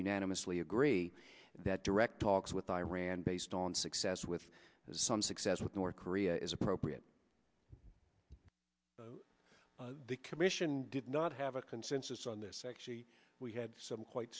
unanimously agree that direct talks with iran based on success with some success with north korea is appropriate the commission did not have a consensus on this actually we had some quite